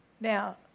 Now